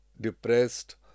depressed